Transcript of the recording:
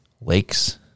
lakes